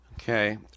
okay